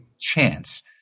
chance